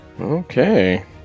Okay